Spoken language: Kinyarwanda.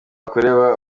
akureba